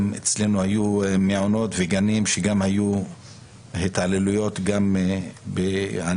גם אצלנו היו מעונות וגנים שהיו התעללויות גם בקרב